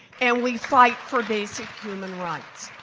and we fight for basic human rights.